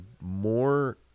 more